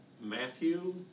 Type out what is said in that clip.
Matthew